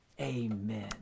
Amen